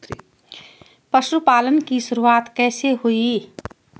पशुपालन की शुरुआत कैसे हुई?